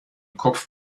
kopf